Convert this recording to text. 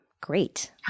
Great